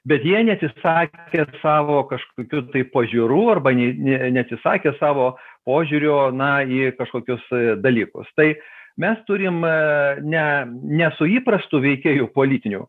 bet jie neatsisakė savo kažkokių tai pažiūrų arba ne ne neatsisakė savo požiūrio na į kažkokius dalykus tai mes turim ne ne su įprastu veikėju politiniu